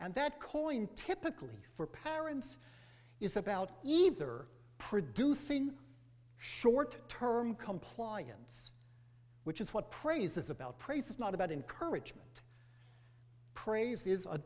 and that coin typically for parents is about either producing short term compliance which is what praise is about praise is not about encouragement praise